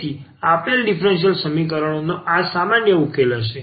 તેથી પછી આપેલ ડીફરન્સીયલ સમીકરણનો આ સામાન્ય ઉકેલ હશે